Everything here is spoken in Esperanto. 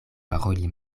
paroli